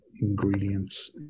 ingredients